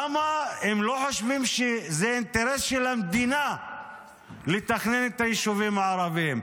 למה הם לא חושבים שזה אינטרס של המדינה לתכנן את היישובים הערביים?